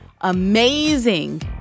amazing